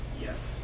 Yes